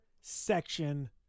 section